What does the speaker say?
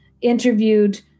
interviewed